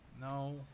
No